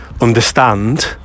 understand